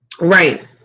Right